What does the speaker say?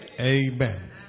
Amen